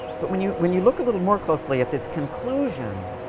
but when you when you look a little more closely at this conclusion,